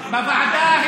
בפריפריה,